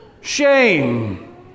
shame